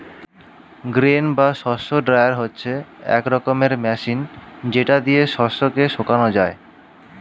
grain বা শস্য dryer হচ্ছে এক রকমের মেশিন যেটা দিয়ে শস্য কে শোকানো যায়